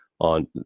on